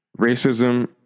racism